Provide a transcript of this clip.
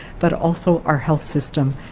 but also our health system,